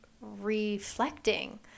reflecting